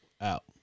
out